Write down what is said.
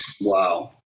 Wow